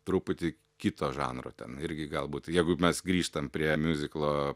truputį kito žanro ten irgi galbūt jeigu mes grįžtam prie miuziklo